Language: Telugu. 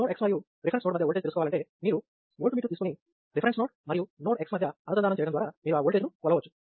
నోడ్ x మరియు రిఫరెన్స్ నోడ్ మధ్య ఓల్టేజ్ తెలుసుకోవాలంటే మీరు వోల్టమీటర్ తీసుకొని రిఫరెన్స్ నోడ్ మరియు నోడ్ x మధ్య అనుసంధానం చేయడం ద్వారా మీరు ఆ ఓల్టేజ్ ను కొలవచ్చు